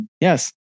yes